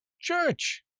church